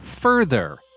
further